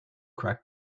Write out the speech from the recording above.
crack